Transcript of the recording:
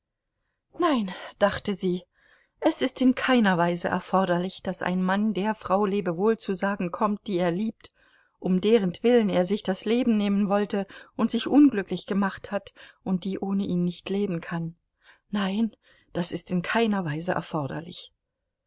nein dachte sie es ist in keiner weise erforderlich daß ein mann der frau lebewohl zu sagen kommt die er liebt um derentwillen er sich das leben nehmen wollte und sich unglücklich gemacht hat und die ohne ihn nicht leben kann nein das ist in keiner weise erforderlich